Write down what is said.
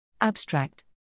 Abstract